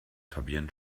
fabienne